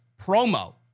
promo